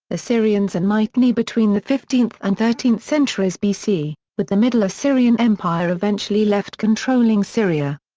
assyrians and mitanni between the fifteenth and thirteenth centuries bc, with the middle assyrian empire eventually left controlling syria.